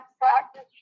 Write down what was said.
practice